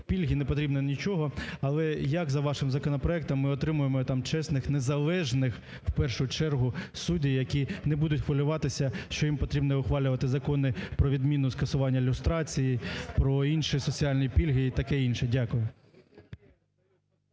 пільги, не потрібно нічого. Але, як за вашим законопроектом ми отримаємо там чесних, незалежних, в першу чергу, суддів, які не будуть хвилюватись, що їм потрібно ухвалювати закони про відміну, скасування люстрації, про інші соціальні пільги і таке інше. Дякую.